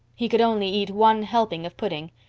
he could only eat one helping of pudding.